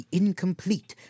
incomplete